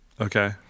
Okay